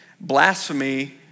blasphemy